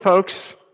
folks